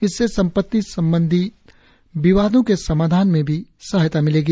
इससे संपत्ति संबंधित विवादों के समाधान में भी सहायता मिलेगी